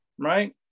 right